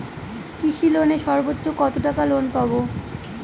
কৃষি লোনে সর্বোচ্চ কত টাকা লোন পাবো?